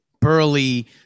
burly